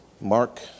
Mark